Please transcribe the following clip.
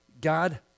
God